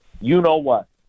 you-know-what